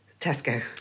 Tesco